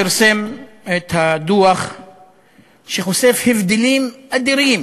פרסם את הדוח שחושף הבדלים אדירים